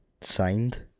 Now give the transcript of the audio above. Signed